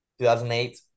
2008